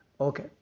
okay